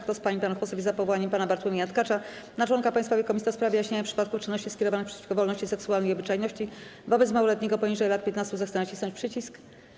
Kto z pań i panów posłów jest za powołaniem pana Bartłomieja Tkacza na członka Państwowej Komisji do spraw wyjaśniania przypadków czynności skierowanych przeciwko wolności seksualnej i obyczajności wobec małoletniego poniżej lat 15, zechce nacisnąć przycisk.